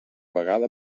vegada